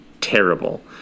terrible